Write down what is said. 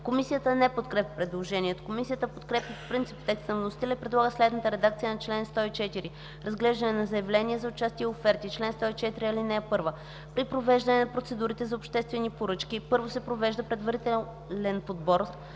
Комисията не подкрепя предложението. Комисията подкрепя по принцип текста на вносителя и предлага следната редакция на чл. 104: „Разглеждане на заявления за участие и оферти Чл. 104. (1) При провеждане на процедурите за обществени поръчки първо се провежда предварителен подбор,